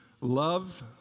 love